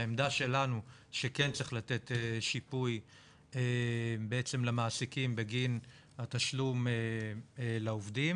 שהעמדה שלנו שכן צריך לתת שיפוי למעסיקים בגין התשלום לעובדים,